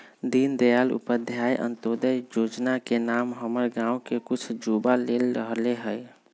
दीनदयाल उपाध्याय अंत्योदय जोजना के नाम हमर गांव के कुछ जुवा ले रहल हइ